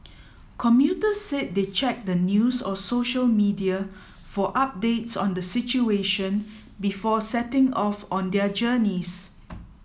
commuters said they checked the news or social media for updates on the situation before setting off on their journeys